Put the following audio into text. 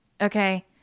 okay